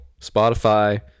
Spotify